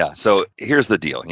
yeah so, here's the deal, and